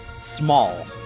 small